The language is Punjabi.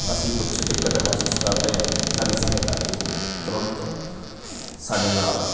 ਅਸੀਂ ਕੁਛ ਦਿੱਕਤ ਮਹਿਸੂਸ ਕਰਦੇ ਹਾਂ ਅਤੇ ਸਾਡੀ ਸਹਾਇਤਾ ਲਈ ਉਹ ਤੁਰੰਤ ਸਾਡੇ ਨਾਲ